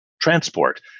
transport